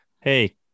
hey